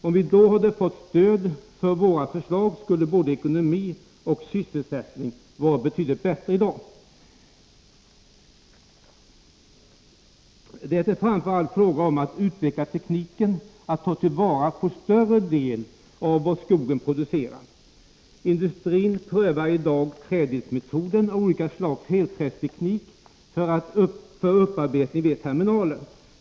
Om vi då hade fått stöd för våra förslag, skulle både ekonomi och sysselsättning ha varit betydligt bättre i dag. Det är framför allt fråga om att utveckla tekniken att ta till vara en större del av vad skogen producerar. Industrin prövar i dag ”träddelsmetoden” och olika slags helträdstekniker för upparbetning vid terminaler.